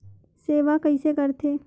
सेवा कइसे करथे?